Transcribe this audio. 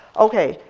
okay.